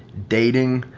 dating,